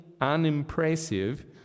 unimpressive